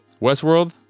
Westworld